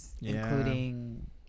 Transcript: including